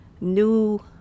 new